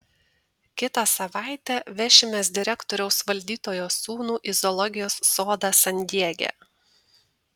kitą savaitę vešimės direktoriaus valdytojo sūnų į zoologijos sodą san diege